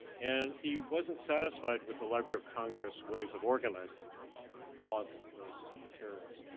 and he wasn't satisfied with the library of congress ways of organizing all those materials.